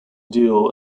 duel